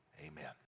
Amen